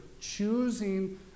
choosing